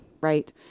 right